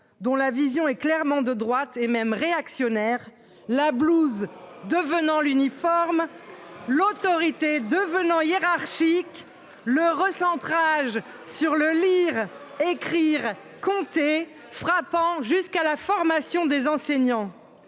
dont la vision est clairement de droite et même réactionnaire la blouse devenant l'uniforme. L'Autorité devenant hiérarchique le recentrage sur le lire écrire compter frappant jusqu'à la formation des enseignants.